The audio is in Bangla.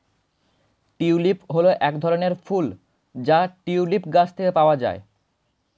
টিউলিপ হল এক ধরনের ফুল যা টিউলিপ গাছ থেকে পাওয়া যায়